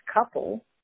couple